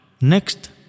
Next